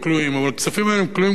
אבל הכספים האלה כלואים כי הם בבית-הכלא.